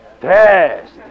Test